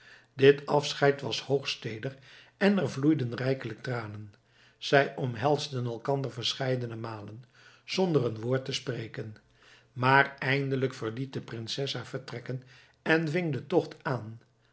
dit afscheid was hoogst teeder en er vloeiden rijkelijk tranen zij omhelsden elkander verscheidene malen zonder een woord te spreken maar eindelijk verliet de prinses haar vertrekken en ving den tocht aan